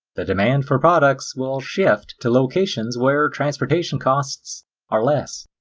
the demand for products will shift to locations where transportation costs are less.